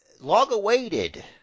long-awaited